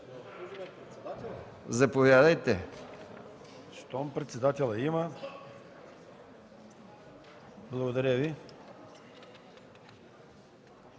Заповядайте,